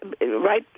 Right